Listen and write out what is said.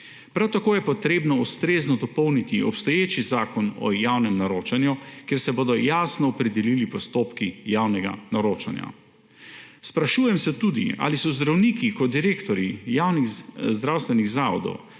Prav tako je potrebno ustrezno dopolniti obstoječi zakon o javnem naročanju, kjer se bodo jasno opredelili postopki javnega naročanja. Sprašujem se tudi, ali so zdravniki kot direktorji javnih zdravstvenih zavodov